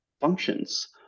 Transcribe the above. functions